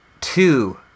two